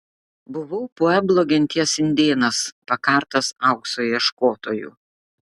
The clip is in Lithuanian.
buvau pueblo genties indėnas pakartas aukso ieškotojų